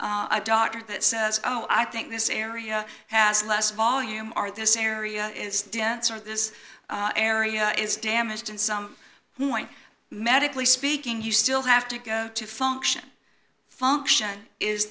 a doctor that says oh i think this area has less volume or this area is dense or this area is damaged in some point medically speaking you still have to go to function function is